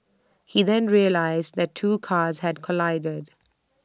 he then realised that two cars had collided